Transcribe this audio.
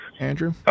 Andrew